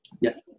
Yes